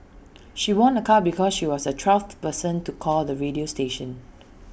she won A car because she was the twelfth person to call the radio station